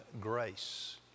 grace